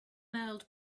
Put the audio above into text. mailed